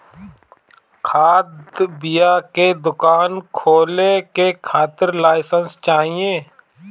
खाद बिया के दुकान खोले के खातिर लाइसेंस चाही